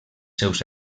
seus